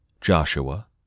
Joshua